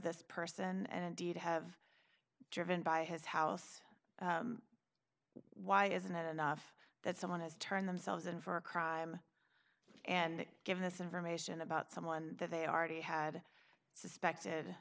this person and did have driven by his house why isn't it enough that someone has turned themselves in for a crime and give us information about someone that they already had suspected